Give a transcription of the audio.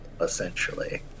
essentially